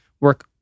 work